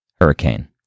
hurricane